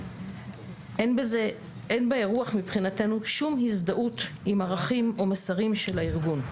אין בזה אין באירוח מבחינתנו שום הזדהות עם ערכים או מסרים של הארגון.